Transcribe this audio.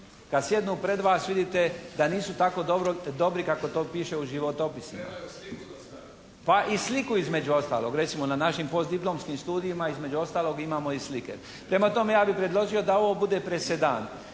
Kad sjednu pred vas vidite da nisu tako dobro kako to piše u životopisima. … /Upadica: Trebaju sliku dostaviti./ … Pa i sliku između ostalog. Recimo na našim postdiplomskim studijima između ostalog imao i slike. Prema tome ja bih predložio da ovo bude presedan,